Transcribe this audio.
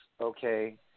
okay